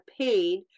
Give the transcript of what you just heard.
paid